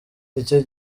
icyo